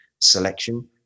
selection